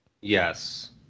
Yes